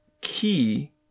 key